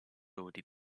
already